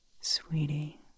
Sweetie